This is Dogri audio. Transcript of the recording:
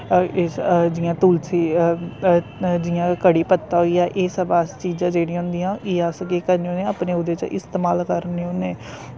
जि'यां तुलसी जि'यां कढ़ी पत्ता होई गेआ एह् सब अस चीजां जेह्ड़ियां होंदियां एह् अस केह् करने होन्ने अपने ओह्दे च इस्तेमाल करने होन्ने